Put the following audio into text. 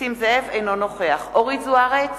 אינו נוכח אורית זוארץ,